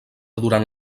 durant